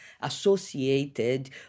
associated